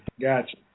gotcha